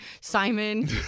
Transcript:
Simon